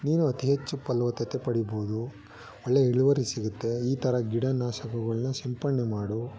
ನೀನು ಅತಿ ಹೆಚ್ಚು ಫಲವತ್ತತೆ ಪಡಿಬೋದು ಒಳ್ಳೆ ಇಳುವರಿ ಸಿಗುತ್ತೆ ಈ ಥರ ಗಿಡ ನಾಶಕಗಳನ್ನ ಸಿಂಪಡಣೆ ಮಾಡು